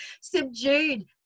subdued